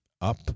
up